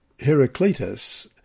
Heraclitus